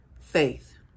faith